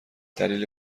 دلیلی